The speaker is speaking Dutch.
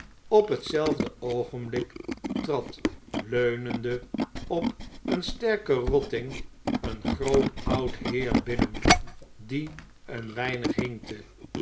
op hetzelfde oogenblik trad leunende op een sterken rotting een groot oud heer binnen die een weinig hinkte